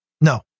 no